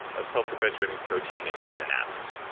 a self-perpetuating protein at the synapse,